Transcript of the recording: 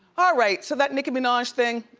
ah right, so that nicki minaj thing.